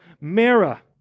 Mara